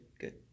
Good